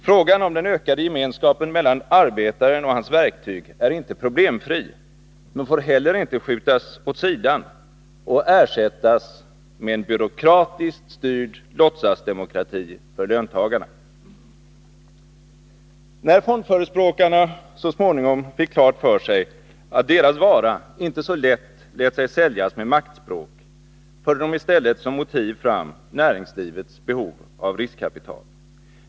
Frågan om den ökade gemenskapen mellan ”arbetaren och hans verktyg” är inte problemfri men får inte heller skjutas åt sidan och ersättas med en byråkratiskt styrd låtsasdemokrati för löntagarna.” När fondförespråkarna så småningom fick klart för sig att deras vara inte så lätt lät sig säljas med maktspråk, förde de i stället som motiv fram näringslivets behov av riskkapital.